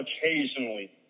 occasionally